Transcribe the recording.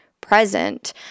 present